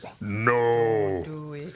No